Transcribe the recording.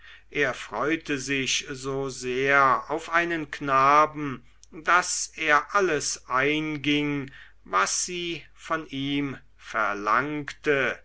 er freute sich so sehr auf einen knaben daß er alles einging was sie von ihm verlangte